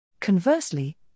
Conversely